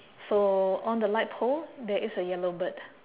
so on the light pole there is a yellow bird